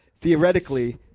Theoretically